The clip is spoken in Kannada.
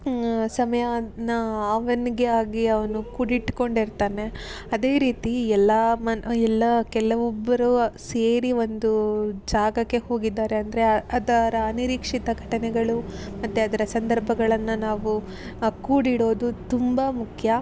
ಸಮಯಾನ ಅವನಿಗೆ ಆಗಿ ಅವನು ಕೂಡಿಟ್ಟುಕೊಂಡಿರ್ತಾನೆ ಅದೇ ರೀತಿ ಎಲ್ಲ ಮ ಎಲ್ಲ ಕೆಲವೊಬ್ಬರು ಸೇರಿ ಒಂದು ಜಾಗಕ್ಕೆ ಹೋಗಿದ್ದಾರೆ ಅಂದರೆ ಅದರ ಅನಿರೀಕ್ಷಿತ ಘಟನೆಗಳು ಮತ್ತು ಅದರ ಸಂದರ್ಭಗಳನ್ನು ನಾವು ಕೂಡಿಡೋದು ತುಂಬ ಮುಖ್ಯ